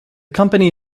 company